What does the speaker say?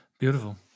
Beautiful